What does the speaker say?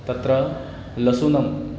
तत्र लशुनम्